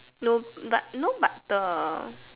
no but no but the